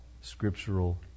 scriptural